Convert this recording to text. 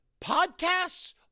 Podcasts